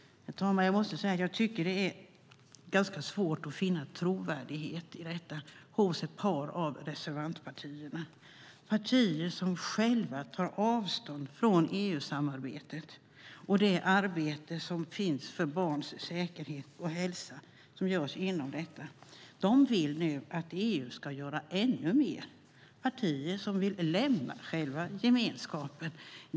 Herr talman! Jag tycker att det är svårt att finna trovärdighet hos ett par av reservantpartierna. Det är partier som själva tar avstånd från EU-samarbetet och det arbete för barns säkerhet och hälsa som görs inom samarbetet. De vill nu att EU ska göra ännu mer. Det är fråga om partier som vill lämna själva gemenskapen.